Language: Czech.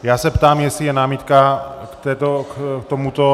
Já se ptám, jestli je námitka k tomuto?